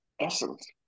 essence